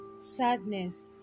sadness